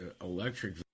electric